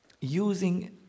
using